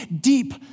deep